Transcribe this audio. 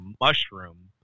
mushroom